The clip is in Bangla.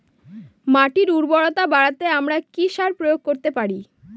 মাটির উর্বরতা বাড়াতে আমরা কি সার প্রয়োগ করতে পারি?